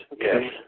Yes